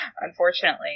unfortunately